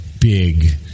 big